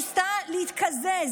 היא ניסתה להתקזז,